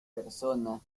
personas